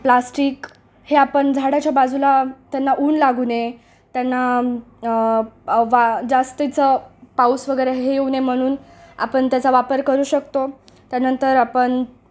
plastic हे आपण झाडाच्या बाजूला त्यांना ऊन लागू नये त्यांना वा जास्तीचं पाऊस वगैरे हे येऊ नये म्हणून आपण त्याचा वापर करू शकतो त्यानंतर आपण